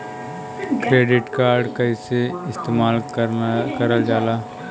Credit card कईसे इस्तेमाल करल जाला?